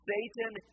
Satan